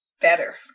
Better